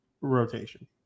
rotation